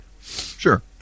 Sure